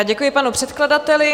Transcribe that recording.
Děkuji panu předkladateli.